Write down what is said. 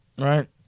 right